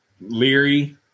Leary